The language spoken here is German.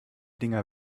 dinger